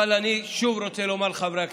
אבל אני שוב רוצה לומר לחברי הכנסת: